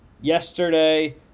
yesterday